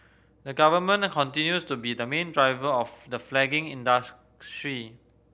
the Government are continues to be the main driver of the flagging